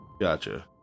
Gotcha